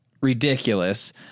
ridiculous